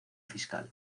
fiscal